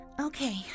Okay